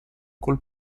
col